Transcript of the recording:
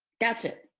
that's it.